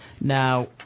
Now